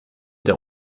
der